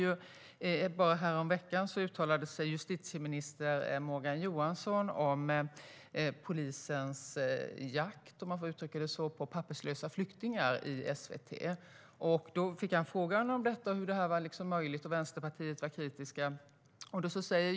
Häromveckan uttalade sig justitieminister Morgan Johansson i SVT om polisens "jakt" på papperslösa flyktingar. Han fick en fråga om hur det är möjligt, och Vänsterpartiet uttalade sig kritiskt.